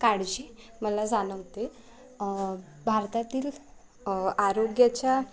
काळजी मला जाणवते भारतातील आरोग्याच्या